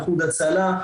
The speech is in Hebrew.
איחוד הצלה,